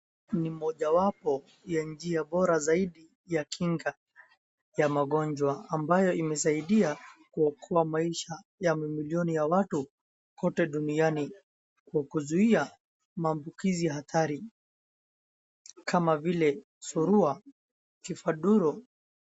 Ni moja wapo wa njia bora zaidi ya kinga ya magonjwa ambayo imesaidia kuokoa maisha ya mamilioni ya watu kote duniani, Kwa kuzuia maambukizi ya hatari kama vile surua, kifaduro.